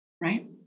right